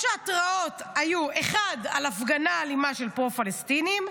ההתראות היו: אחת על הפגנה אלימה של פרו-פלסטינים,